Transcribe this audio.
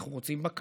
אנחנו רוצים בקרה,